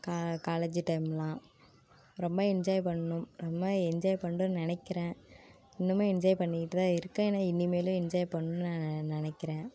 கா காலேஜ் டைமெலாம் ரொம்ப என்ஜாய் பண்ணிணோம் நம்ம என்ஜாய் பண்ணிடோன்னு நினைக்கிறேன் இன்னுமே என்ஜாய் பண்ணிக்கிட்டுதான் இருக்கேன் ஆனால் இனிமேலும் என்ஜாய் பண்ணும்ன்னு நான் நினைக்கிறேன்